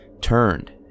turned